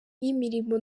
y’imirimo